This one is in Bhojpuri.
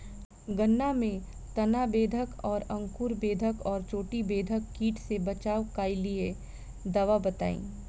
गन्ना में तना बेधक और अंकुर बेधक और चोटी बेधक कीट से बचाव कालिए दवा बताई?